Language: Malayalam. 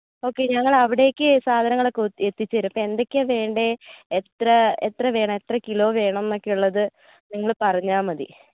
ഓക്കെ ഞങ്ങളവിടേക്ക് എല്ലാ സാധനങ്ങളും എത്തിച്ച് തരും ഇപ്പോൾ എന്തൊക്കെ വേണ്ടേ എത്ര വേണം എത്ര കിലോ വേണം എന്നൊക്കെ ഉള്ളത് നിങ്ങൾ പറഞ്ഞാൽ മതി